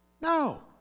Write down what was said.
No